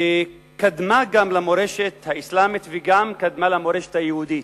שקדמה גם למורשת האסלאמית וגם קדמה למורשת היהודית.